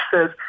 says